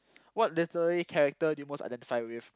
what literary character do you most identify with